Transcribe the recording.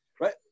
right